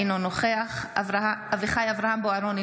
אינו נוכח אביחי אברהם בוארון,